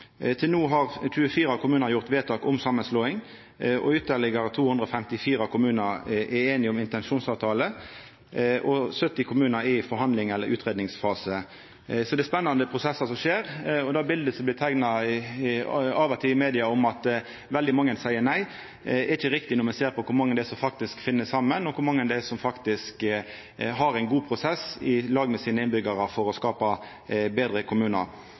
Til no har 24 kommunar gjort vedtak om samanslåing, ytterlegare 254 kommunar er einige om ei intensjonsavtale, og 70 kommunar er i forhandlingar eller i ein utgreiingsfase. Så det er spennande prosessar som skjer, og det bildet som av og til blir teikna i media om at veldig mange seier nei, er ikkje riktig når ein ser på kor mange som faktisk finn saman, og kor mange som faktisk har ein god prosess i lag med sine innbyggjarar for å skapa betre kommunar.